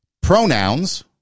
pronouns